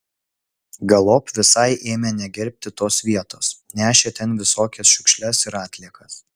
galop visai ėmė negerbti tos vietos nešė ten visokias šiukšles ir atliekas